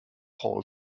hall